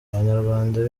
abanyarwanda